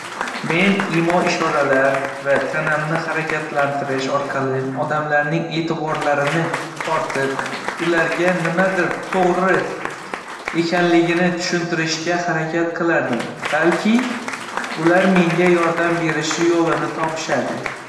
Men imo-ishoralar va tanamni harakatlantirish orqali odamlarning e'tiborini tortib, ularga nimadir to‘g‘ri ekanligini tushuntirishga harakat qilardim. Balki, ular menga yordam berish yo‘lini topishadi.